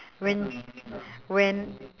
when when